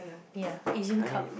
ya Asian Cup